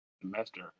semester